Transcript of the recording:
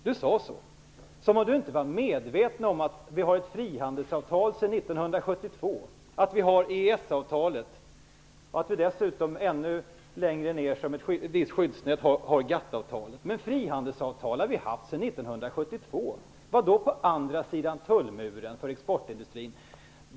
Det verkar som om Göran Persson inte är medveten om att vi har haft ett frihandelsavtal ända sedan 1972, att vi har EES-avtalet och dessutom, ännu längre ner som ett visst skyddsnät, GATT-avtalet. Vad menar Göran Persson med att säga att exportindustrin kommer att vara på andra sidan tullmuren om Sverige inte går med i EU?